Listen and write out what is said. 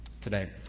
today